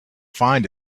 find